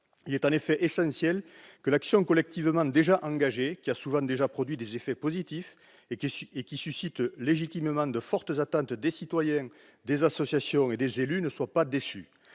Il est en effet essentiel que l'action collectivement déjà engagée, qui a souvent déjà produit des effets positifs et qui suscite légitimement de fortes attentes des citoyens, des associations et des élus, ne soit pas déçue.